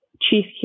chief